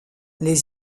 les